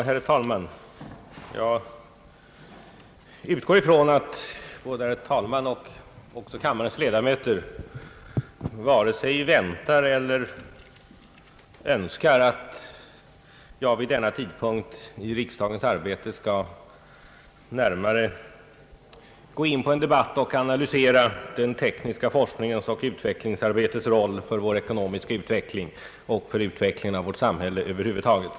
Herr talman! Jag utgår ifrån att varken herr talmannen eller kammarens ledamöter önskar eller väntar att jag vid denna tidpunkt i riksdagens arbete närmare skall gå in på en debatt och analys av den tekniska forskningens och utvecklingsarbetets roll för vår ekonomiska utveckling och för utvecklingen av vårt samhälle över huvud taget.